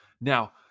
Now